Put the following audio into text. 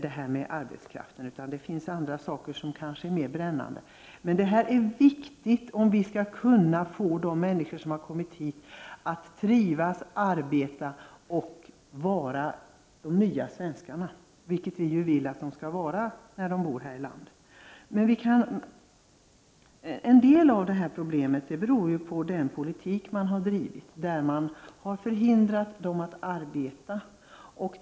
Det finns andra saker som är mer brännande. Vi måste försöka få de männi skor som har kommit hit att trivas, arbeta och vara de nya svenskarna, som vi ju vill att de skall vara när de bor här i landet. En del av detta problem beror på den politik som har drivits, där människor har förhindrats att arbeta.